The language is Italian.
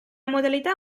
modalità